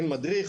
אין מדריך,